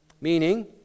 Meaning